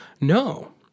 No